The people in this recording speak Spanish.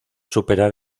superar